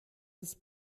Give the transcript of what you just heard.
ist